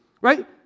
right